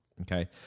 okay